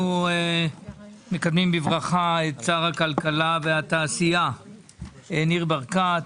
אנחנו מקדמים בברכה את שר הכלכלה והתעשייה ניר ברקת.